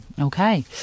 Okay